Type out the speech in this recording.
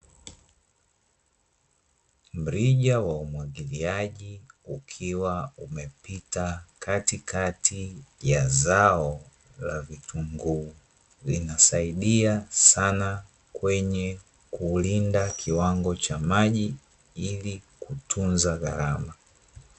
Mrija wa umwagiliaji ukiwa umepita katikati ya zao la vitunguu, linasaidia sana kwenye kulinda kiwango cha maji ili kutunza gharama.